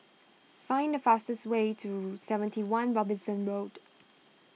find the fastest way to seventy one Robinson Road